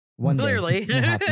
Clearly